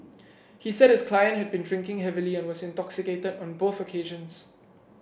he said his client had been drinking heavily and was intoxicated on both occasions